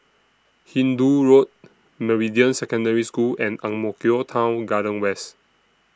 Hindoo Road Meridian Secondary School and Ang Mo Kio Town Garden West